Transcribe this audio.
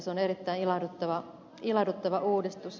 se on erittäin ilahduttava uudistus